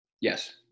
Yes